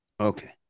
Okay